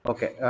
Okay